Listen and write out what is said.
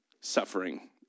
suffering